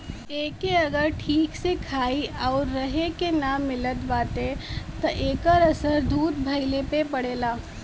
एके अगर ठीक से खाए आउर रहे के ना मिलत बाटे त एकर असर दूध भइले पे पड़ेला